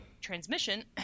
Transmission